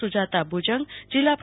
સુજાતા ભુજંગ જીલ્લા પર